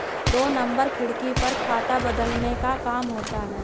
दो नंबर खिड़की पर खाता बदलने का काम होता है